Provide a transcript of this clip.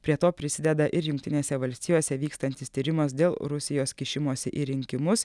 prie to prisideda ir jungtinėse valstijose vykstantis tyrimas dėl rusijos kišimosi į rinkimus